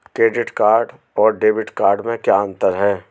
Credit card और debit card में क्या अंतर है?